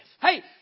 Hey